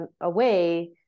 away